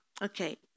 Okay